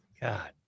God